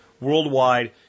worldwide